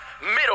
middle